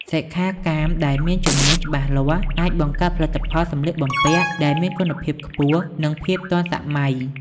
សិក្ខាកាមដែលមានជំនាញច្បាស់លាស់ អាចបង្កើតផលិតផលសម្លៀកបំពាក់ដែលមានគុណភាពខ្ពស់ និងភាពទាន់សម័យ។